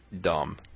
dumb